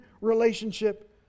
relationship